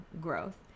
growth